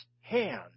hand